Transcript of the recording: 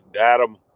Adam